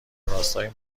راستای